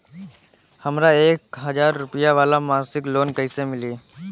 हमरा एक हज़ार रुपया वाला मासिक लोन कईसे मिली?